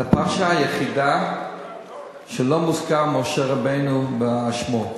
זו הפרשה היחידה שלא מוזכר בה משה רבנו בשמו,